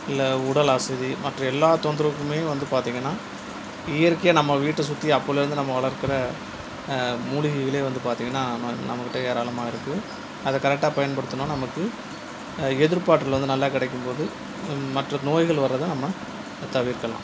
இல்லை உடல் அசதி மற்ற எல்லா தொந்தரவுக்குமே வந்து பார்த்தீங்கன்னா இயற்கையாக நம்ம வீட்டை சுற்றி அப்போலேருந்து நம்ம வளர்க்கிற மூலிகைகளே வந்து பார்த்தீங்கன்னா நம்ம கிட்ட ஏராளமாருக்குது அதை கரெக்டாக பயன்படுத்துனால் நமக்கு எதிர்ப்பாற்றல் வந்து நல்லா கிடைக்கும் போது மற்ற நோய்கள் வர்றதை நம்ம தவிர்க்கலாம்